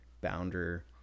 bounder